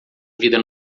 vida